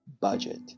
budget